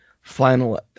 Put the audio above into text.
final